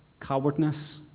cowardness